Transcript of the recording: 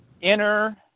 inner